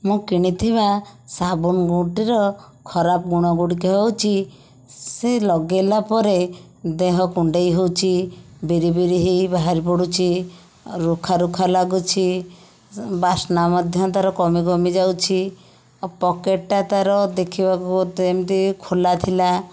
ମୁଁ କିଣିଥିବା ସାବୁନ ଗୁଟିର ଖରାପ ଗୁଣଗୁଡ଼ିକ ହେଉଛି ସେ ଲଗାଇଲାପରେ ଦେହ କୁଣ୍ଡାଇ ହେଉଛି ବିରିବିରି ହୋଇ ବାହାରିପଡ଼ୁଛି ରୁଖାରୁଖା ଲାଗୁଛି ବାସ୍ନା ମଧ୍ୟ ତା'ର କମି କମି ଯାଉଛି ପ୍ୟାକେଟଟା ତା'ର ଦେଖିବାକୁ ଏମିତି ଖୋଲା ଥିଲା